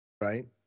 Right